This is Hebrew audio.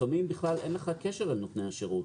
לפעמים בכלל אין לך קשר אל נותני השירות.